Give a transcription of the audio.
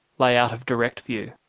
lay out of direct view.